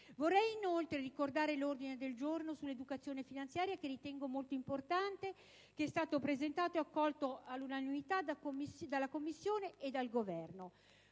Vorrei, inoltre, ricordare l'ordine del giorno sull'educazione finanziaria, che ritengo molto importante, presentato ed accolto all'unanimità dalla Commissione e dal Governo: